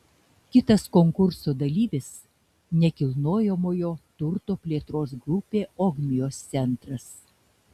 kitas konkurso dalyvis nekilnojamojo turto plėtros grupė ogmios centras